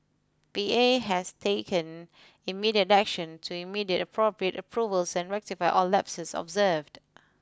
P A has taken immediate action to immediate appropriate approvals and rectify all lapses observed